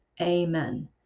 Amen